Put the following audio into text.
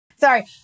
Sorry